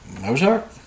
Mozart